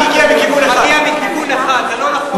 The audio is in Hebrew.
זה מגיע מכיוון אחד, זה לא נכון.